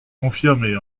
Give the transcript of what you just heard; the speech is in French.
confirmée